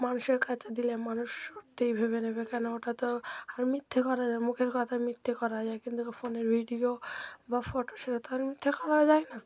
মানুষের কাছে দিলে মানুষ সত্যিই ভেবে নেবে কেন ওটা তো আর মিথ্যে করা যায় মুখের কথা মিথ্যে করা যায় কিন্তু ফোনের ভিডিও বা ফটো সেটা তো আর মিথ্যে করা যায় না